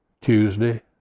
Tuesday